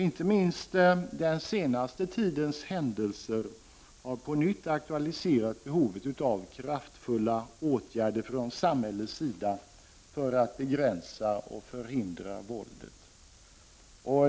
Inte minst den senaste tidens händelser har på nytt aktualiserat behovet av kraftfulla åtgärder från samhällets sida för att begränsa och förhindra våldet.